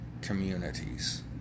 communities